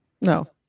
No